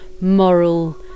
moral